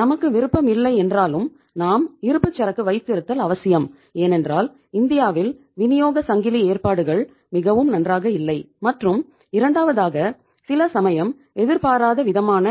நமக்கு விருப்பம் இல்லை என்றாலும் நாம் இருப்புச்சரக்கு வைத்திருத்தல் அவசியம் ஏனென்றால் இந்தியாவில் விநியோக சங்கிலி ஏற்பாடுகள் மிகவும் நன்றாக இல்லை மற்றும் இரண்டாவதாக சில சமயம் எதிர்பாராத விதமான